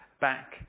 back